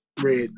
Red